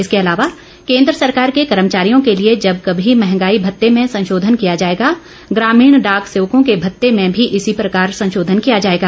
इसके अलावा केन्द्र सरकार के कर्मचारियों के लिए जब कभी महंगाई भत्ते में संशोधन किया जाएगा ग्रामीण डाक सेवकों के भत्ते में भी इसी प्रकार संशोधन किया जाएगा